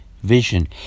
vision